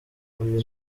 uyu